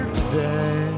today